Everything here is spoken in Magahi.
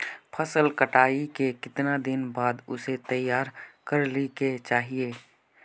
फसल कटाई के कीतना दिन बाद उसे तैयार कर ली के चाहिए?